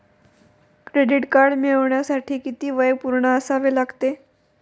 Credit card मिळवण्यासाठी किती वय पूर्ण असावे लागते?